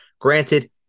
Granted